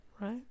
right